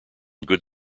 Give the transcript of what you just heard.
good